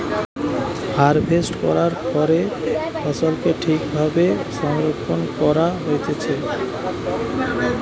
harvest করার পরে ফসলকে ঠিক ভাবে সংরক্ষণ করা হতিছে